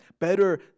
better